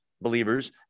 believers